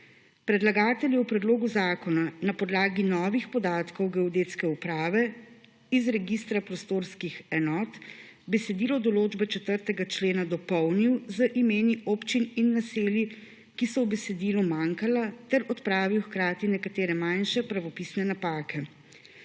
Predlagatelj je v predlogu zakona na podlagi novih podatkov Geodetske uprave iz Registra prostorskih enot besedilo določbe 4. člena dopolnil z imeni občin in naselij, ki so v besedilu manjkala, ter hkrati odpravil nekatere manjše pravopisne napake.